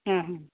ಹಾಂ ಹಾಂ